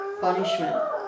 punishment